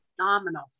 phenomenal